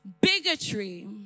bigotry